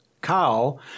cow